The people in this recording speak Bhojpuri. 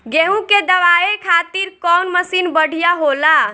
गेहूँ के दवावे खातिर कउन मशीन बढ़िया होला?